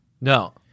No